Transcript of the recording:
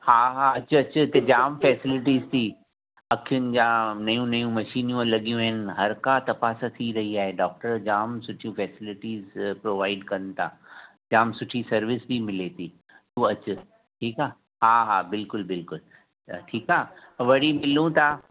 हा हा अच अच इते जाम फैसिलिटीज़ थी अखियुन जा नयूं नयूं मशीनियूं लॻियूं आहिनि हर का तपास थी रही आहे डॉक्टर जाम सुठियूं फैसिलिटीज़ प्रोवाइड कनि था जाम सुठी सर्विस बि मिले थी तू अच ठीकु आहे हा हा बिल्कुलु बिल्कुलु त ठीकु आहे वरी मिलूं था